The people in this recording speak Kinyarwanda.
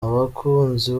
abakunzi